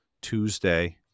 Tuesday